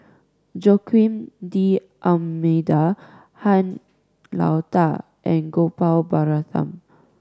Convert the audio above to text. Joaquim D'Almeida Han Lao Da and Gopal Baratham